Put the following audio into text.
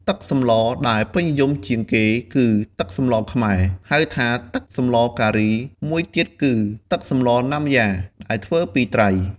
ទឹកសម្លដែលពេញនិយមជាងគេគឺ ទឹកសម្លខ្មែរ ហៅថាទឹកសម្លការី មួយទៀតគឺ ទឹកសម្លណាំយ៉ា ដែលធ្វើពីត្រី។